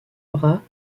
bras